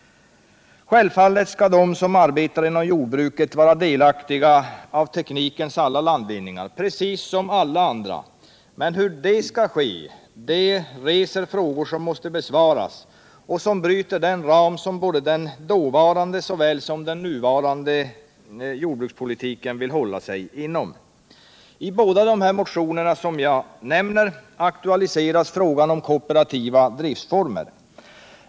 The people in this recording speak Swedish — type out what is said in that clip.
Självfallet skall de som arbetar inom jordbruket precis som alla andra vara delaktiga av teknikens landvinningar, men hur det skall ske reser frågor som måste besvaras och som bryter den ram som både den tidigare och den nya jordbrukspolitiken håller sig inom. I båda de motioner som jag tidigare nämnt aktualiseras frågan om kooperativa driftformer.